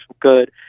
good